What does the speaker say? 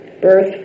birth